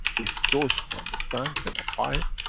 if those who understand can apply it,